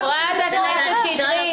חברת הכנסת שטרית,